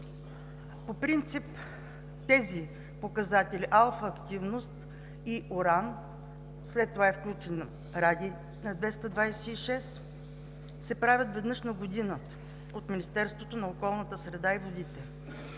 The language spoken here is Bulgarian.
По принцип за тези показатели – алфа активност и уран, след това е включен радий 226, се правят анализи веднъж годишно от Министерството на околната среда и водите.